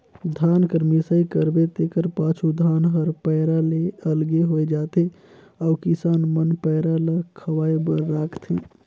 धान कर मिसाई करबे तेकर पाछू धान हर पैरा ले अलगे होए जाथे अउ किसान मन पैरा ल खवाए बर राखथें